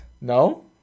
No